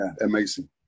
amazing